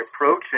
approaching